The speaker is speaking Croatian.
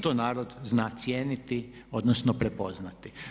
To narod zna cijeniti odnosno prepoznati.